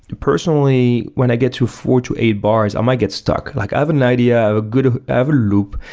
personally when i get to four to eight bars, i might get stuck. like i have an idea of a good ever loop,